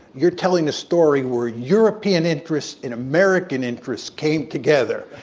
you're telling a story where european interests and american interests came together,